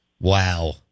wow